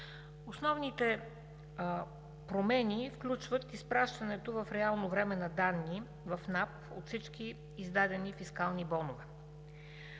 Основните промени включват изпращането в реално време на данни в НАП от всички издадени фискални бонове,